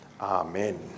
Amen